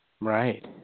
Right